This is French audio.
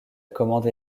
commande